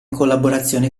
collaborazione